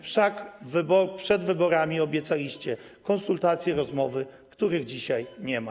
Wszak przed wyborami obiecaliście konsultacje, rozmowy, których dzisiaj nie ma.